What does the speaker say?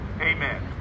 Amen